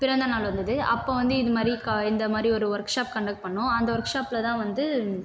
பிறந்தநாள் வந்தது அப்போது வந்து இது மாதிரி இந்த மாதிரி ஒரு ஒர்க் ஷாப் கண்டெக்ட் பண்ணோம் அந்த ஒர்க் ஷாப்பில் தான் வந்து